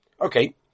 okay